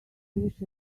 wish